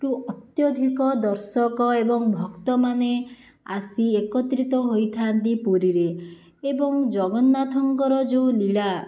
ରୁ ଅତ୍ୟଧିକ ଦର୍ଶକ ଏବଂ ଭକ୍ତମାନେ ଆସି ଏକତ୍ରିତ ହୋଇଥାନ୍ତି ପୁରୀରେ ଏବଂ ଜଗନ୍ନାଥଙ୍କର ଯେଉଁ ଲୀଳା